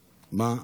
נתקבלו.